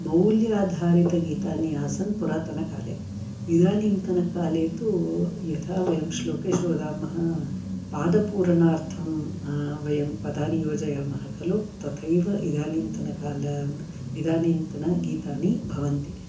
मौल्याधारितगीतानि आसन् पुरातनकाले इदानींतनकाले तु यथा वयं श्लोकेषु वदामः पादपूरणार्थं वयं पदानि योजयामः खलु तथैव इदानींतनकाल इदानींतनगीतानि भवन्ति